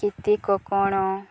କେତେକ କ'ଣ